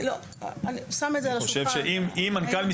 אני שמה את זה על השולחן.